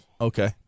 Okay